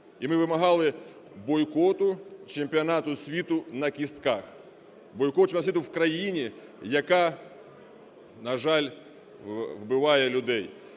І ми вимагали бойкоту Чемпіонату світу на кістках. Бойкот Чемпіонату світу в країні, яка, на жаль, убиває людей.